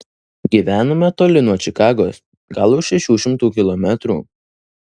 gyvenome toli nuo čikagos gal už šešių šimtų kilometrų